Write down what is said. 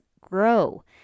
grow